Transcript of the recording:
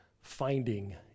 finding